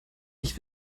ich